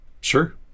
Sure